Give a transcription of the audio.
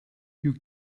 you